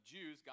Jews